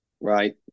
right